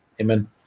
Amen